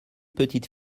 petite